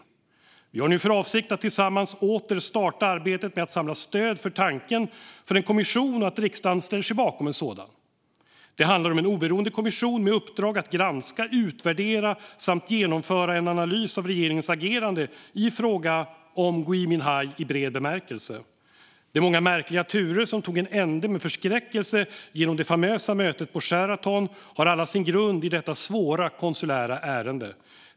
Vi, Moderaterna och Vänsterpartiet, har nu för avsikt att tillsammans åter starta arbetet med att samla stöd för tanken för en kommission och att Riksdagen ställer sig bakom en sådan. Det handlar om en oberoende kommission med uppdrag att granska, utvärdera samt genomföra en analys av regeringens agerande i frågan om Gui Minhai i bred bemärkelse. De många märkliga turer som tog en ände med förskräckelse genom det famösa mötet på Sheraton har alla sin grund i detta svåra konsulära ärende.